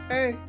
Hey